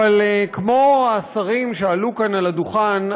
אבל כמו השרים שעלו כאן לדוכן,